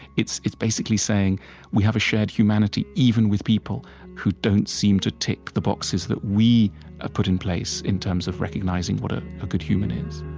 it's it's basically saying we have a shared humanity, even with people who don't seem to tick the boxes that we have ah put in place in terms of recognizing what ah a good human is